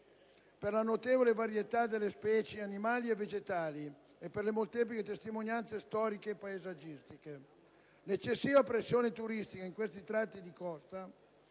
per la notevole varietà delle specie animali e vegetali e per le molteplici testimonianze storiche e paesaggistiche. L'eccessiva pressione turistica in questi tratti di costa,